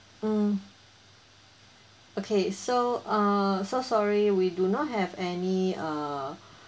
mm okay so uh so sorry we do not have any uh